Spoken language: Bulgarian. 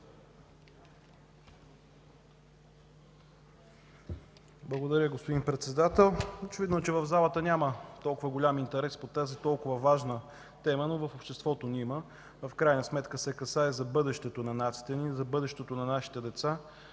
Благодаря, господин Председател. Очевидно, че в залата няма толкова голям интерес по тази толкова важна тема, но в обществото ни има. В крайна сметка се касае за бъдещето на нацията ни, за бъдещето на нашите деца.